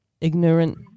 ignorant